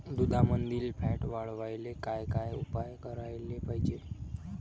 दुधामंदील फॅट वाढवायले काय काय उपाय करायले पाहिजे?